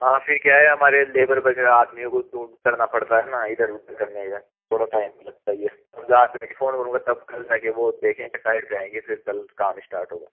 हाँ फिर क्या है हमारे लेबर वगैरह आदमियों को ढूंढ करना पड़ता है ना इधर उधर करने में थोड़ा टाइम लगता ही है अब जाके फ़ोन करूँगा तब कल जाके वो देखेंगे साइट पे जाएंगे फिर कल काम इस्टार्ट होगा